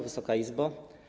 Wysoka Izbo!